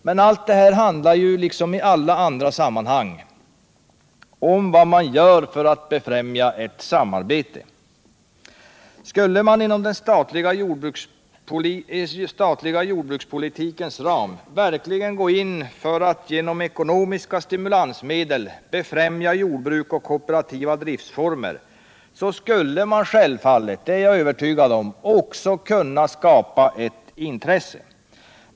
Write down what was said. Men allt handlar ju, som i alla andra sammanhang, om vad man gör för att befrämja ett samarbete. Skulle man inom den statliga jordbrukspolitikens ram verkligen gå in för att genom ekonomiska stimulansmedel befrämja sambruk och kooperativa driftformer så skulle man självfallet också kunna skapa ett intresse.